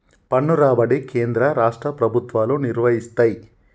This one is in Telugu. పన్ను రాబడి కేంద్ర రాష్ట్ర ప్రభుత్వాలు నిర్వయిస్తయ్